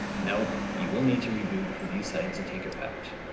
note, you will need to reboot for these settings to take effect.